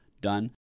done